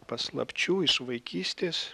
paslapčių iš vaikystės